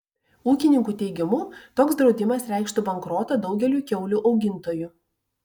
ūkininkų teigimu toks draudimas reikštų bankrotą daugeliui kiaulių augintojų